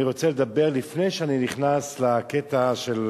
לפני שאני נכנס לקטע של